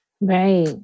right